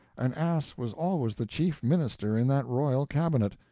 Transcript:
an ass was always the chief minister in that royal cabinet,